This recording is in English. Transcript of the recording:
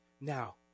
Now